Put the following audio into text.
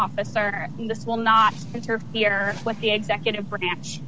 officer and this will not interfere with the executive branch